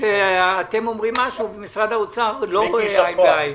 כשאתם אומרים משהו ומשרד האוצר לא רואה עין בעין.